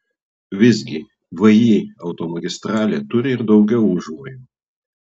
visgi vį automagistralė turi ir daugiau užmojų